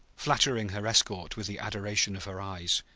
flattering her escort with the adoration of her eyes.